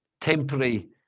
temporary